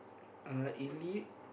uh elite